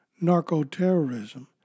narco-terrorism